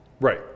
Right